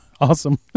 Awesome